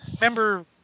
remember